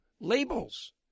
Labels